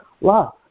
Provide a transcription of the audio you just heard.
love